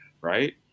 right